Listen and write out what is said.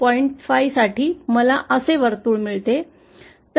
5 च्या बरोबरीने मला असे वर्तुळ मिळेल